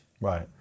Right